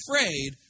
afraid